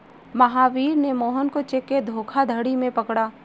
महावीर ने मोहन को चेक के धोखाधड़ी में पकड़ा